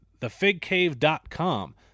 thefigcave.com